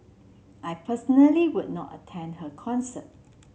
I personally would not attend her concert